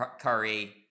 Curry